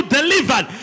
delivered